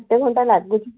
କେତେ ଘଣ୍ଟା ଲାଗୁଛି